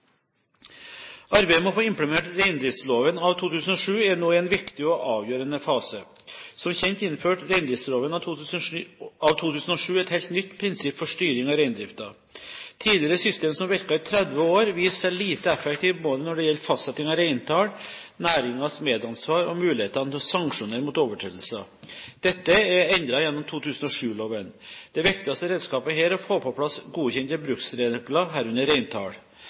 Arbeidet med å få implementert reindriftsloven av 2007 er nå i en viktig og avgjørende fase. Som kjent innførte reindriftsloven av 2007 et helt nytt prinsipp for styring av reindriften. Tidligere system, som virket i 30 år, viste seg lite effektivt både når det gjelder fastsetting av reintall, næringens medansvar og mulighetene til å sanksjonere mot overtredelser. Dette er endret gjennom 2007-loven. Det viktigste redskapet her er å få på plass godkjente bruksregler, herunder reintall.